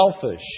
selfish